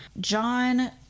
john